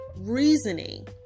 reasoning